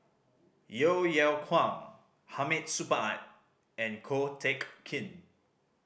Yeo Yeow Kwang Hamid Supaat and Ko Teck Kin